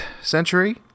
century